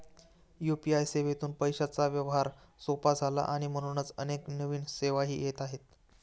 UPI सेवेतून पैशांचा व्यवहार सोपा झाला आणि म्हणूनच अनेक नवीन सेवाही येत आहेत